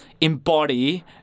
embody